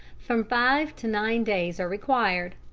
from five to nine days are required.